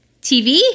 TV